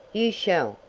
you shall!